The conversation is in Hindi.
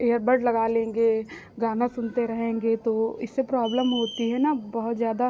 ईयरबड लगा लेंगे गाना सुनते रहेंगे तो इससे प्रॉब्लम होती है ना बहुत ज़्यादा